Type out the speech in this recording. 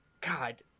God